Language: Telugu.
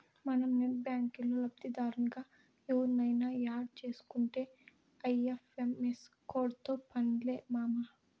మనం నెట్ బ్యాంకిల్లో లబ్దిదారునిగా ఎవుర్నయిన యాడ్ సేసుకుంటే ఐ.ఎఫ్.ఎం.ఎస్ కోడ్తో పన్లే మామా